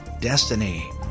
Destiny